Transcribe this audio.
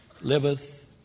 liveth